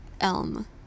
elm